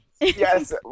Yes